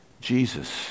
Jesus